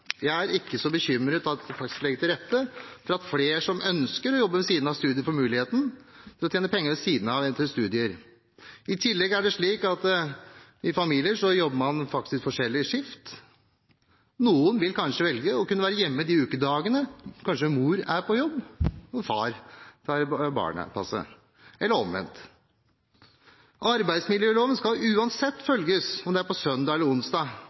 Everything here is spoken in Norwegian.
Jeg er ikke så bekymret når man faktisk kan legge til rette for at flere som ønsker å jobbe og tjene penger ved siden av studiene, får muligheten til det. I tillegg er det slik at man i familier faktisk jobber forskjellige skift. Noen vil kanskje velge å kunne være hjemme i ukedagene. Kanskje mor er på jobb, mens far tar barnepasset, eller omvendt. Arbeidsmiljøloven skal uansett følges, om det er søndag eller onsdag.